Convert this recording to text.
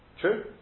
true